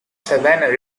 savannah